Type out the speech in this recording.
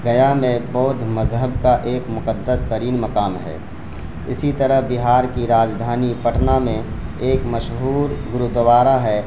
گیا میں بودھ مذہب کا ایک مقدس ترین مقام ہے اسی طرح بہار کی راجدھانی پٹنہ میں ایک مشہور گرودوارا ہے